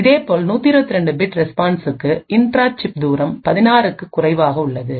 இதேபோல் 128 பிட் ரெஸ்பான்ஸ்சுக்கு intra chip தூரம் 16 க்கும் குறைவாக உள்ளது